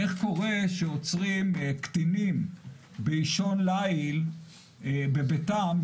איך קורה שעוצרים קטינים באישון ליל בביתם,